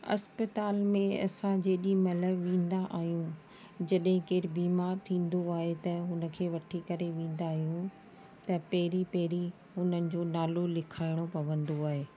इस्पतालि में असां जेॾी महिल वेंदा आहियूं जॾहिं केरु बीमार थींदो आहे त हुनखे वठी करे वेंदा आहियूं त पहिरीं पहिरीं उन्हनि जो नालो लिखाइणो पवंदो आहे